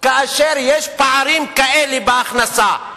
כאשר יש פערים כאלה בהכנסה,